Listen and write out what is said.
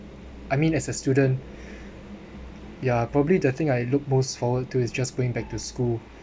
I mean as a student ya probably the thing I look most forward to is just going back to school